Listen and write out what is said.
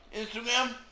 instagram